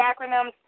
acronyms